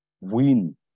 win